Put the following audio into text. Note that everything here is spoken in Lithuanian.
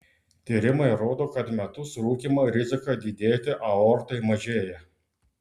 tyrimai rodo kad metus rūkymą rizika didėti aortai mažėja